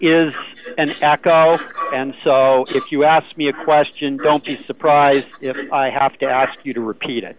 is an act and so if you ask me a question don't be surprised if i have to ask you to repeat